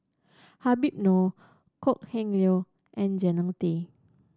Habib Noh Kok Heng Leun and Jannie Tay